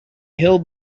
hill